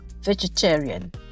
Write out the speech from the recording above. vegetarian